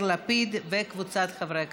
של חבר הכנסת יאיר לפיד וקבוצת חברי הכנסת.